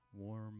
warm